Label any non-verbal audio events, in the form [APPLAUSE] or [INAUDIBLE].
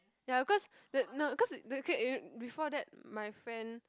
ya cause wait no cause the K [NOISE] before that my friend